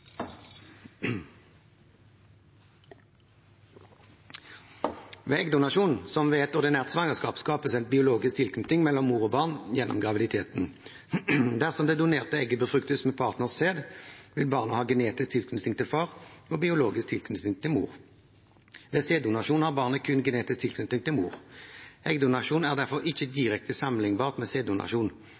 eggdonasjon, som ved et ordinært svangerskap, skapes en biologisk tilknytning mellom mor og barn gjennom graviditeten. Dersom det donerte egget befruktes med partnerens sæd, vil barnet ha genetisk tilknytning til far og biologisk tilknytning til mor. Ved sæddonasjon har barnet kun genetisk tilknytning til mor. Eggdonasjon er derfor ikke direkte sammenlignbart med sæddonasjon.